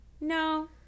no